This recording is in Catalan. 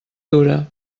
dura